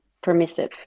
permissive